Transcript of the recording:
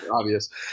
obvious